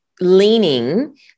leaning